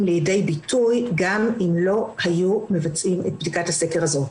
לידי ביטוי גם אם לא היו מבצעים את בדיקת הסקר הזאת.